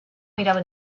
mirava